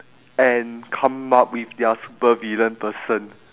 and come up with their super villain person